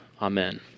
Amen